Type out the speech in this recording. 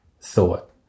thought